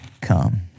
come